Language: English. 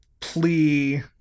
plea